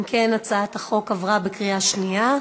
אם כן, הצעת החוק עברה בקריאה שנייה.